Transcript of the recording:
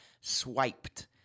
swiped